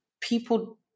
people